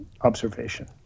observation